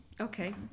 okay